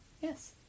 Yes